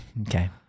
Okay